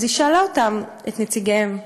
אז היא שאלה אותם, את נציגיהם: